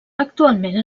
actualment